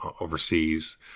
overseas